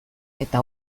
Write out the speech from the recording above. eta